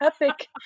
epic